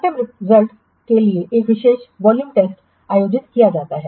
अंतिम रिज़ॉर्ट में एक विशेष वॉल्यूम टेस्ट आयोजित किया जा सकता है